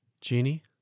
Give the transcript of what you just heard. Genie